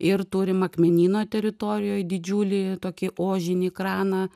ir turim akmenyno teritorijoj didžiulį tokį ožinį kraną